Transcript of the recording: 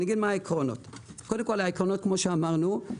העקרונות כפי שאמרנו,